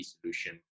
solution